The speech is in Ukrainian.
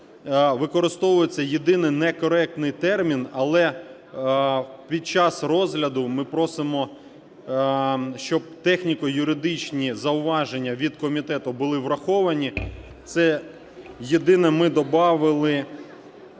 використовується єдиний некоректний термін, але під час розгляду ми просимо, щоб техніко-юридичні зауваження від комітету були враховані. Це єдине ми добавили: